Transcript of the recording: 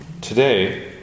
today